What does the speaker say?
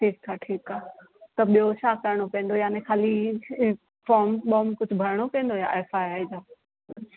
ठीकु आहे ठीकु आहे त ॿियो छा करणो पवंदो याने ख़ाली फॉम बॉम कुझु भरिणो पवंदो या एफ आई आर लाइ